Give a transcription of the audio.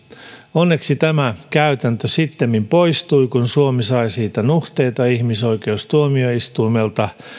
onneksi tämä käytäntö sittemmin poistui kun suomi sai siitä nuhteita ihmisoikeustuomioistuimelta